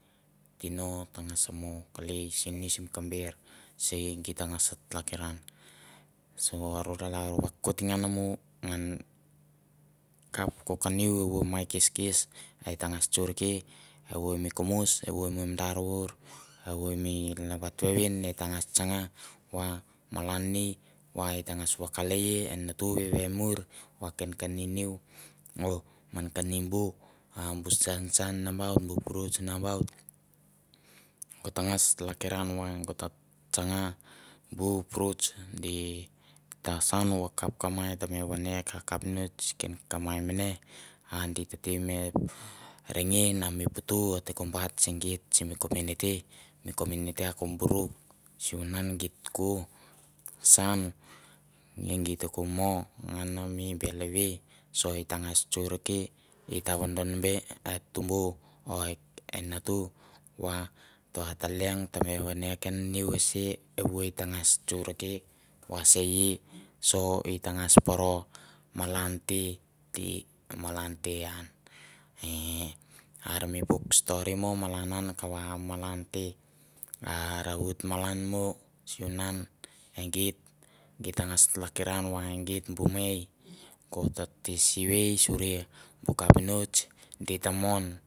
Tino tangas mo kelei sen i mi kamber se i geit te ngas tlakiran, so o lalro vakoit ngan mo ngan, kap ko kap niu, evoi mai keskes ai tangas tsorke evoi mi kamois, evoi mi manadr vour, evoi mi labat vevin at tangas tsanga va malan ni va e tangas vakalaia e natu vevemuir va ken ka ni niu o men ka ni bu, a bu san san nambaut, bu fruits nambaut, go tangas tlakiran va go ta tsanga bu fruits di ta saun va kap ka mai te mi vene ka kapinots ken ka mai mane a dit tete me rengen a mi putu a te ko bat se geit simi kominiti, mi kominiti a ko buruk, sivunan git ko saun geit ko mi ngan mi bel hevi, so i tangas tsorke, i ta vondonme e tumbu, o e natu bu va ta leong teme vane niu ese, evoi tangas tsorke va sei so i tangas poro malan tedi malan te ian, 'ee' are mi puk stori mo malan an kava malan te ara oit malan mo, sivunan e geit, geit tangas tlakiran va e geit bu mei, ko te ti suvei suria bu kapinots di ta mon.